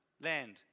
land